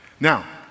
Now